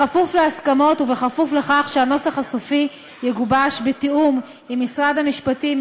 בכפוף להסכמות ובכפוף לכך שהנוסח הסופי יגובש בתיאום עם משרד המשפטים,